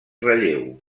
relleu